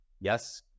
yes